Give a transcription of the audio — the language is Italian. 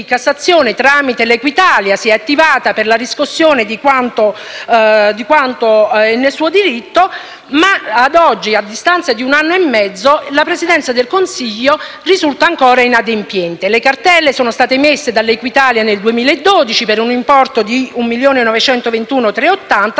cassazione, tramite Equitalia si è attivato per la riscossione di quanto è nel suo diritto. Ma ad oggi, a distanza di un anno e mezzo, la Presidenza del Consiglio risulta ancora inadempiente. Le cartelle sono state emesse da Equitalia nel 2012 per un importo di 1.921.380